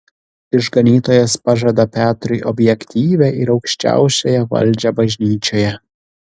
išganytojas pažada petrui objektyvią ir aukščiausiąją valdžią bažnyčioje